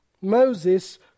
Moses